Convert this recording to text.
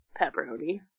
pepperoni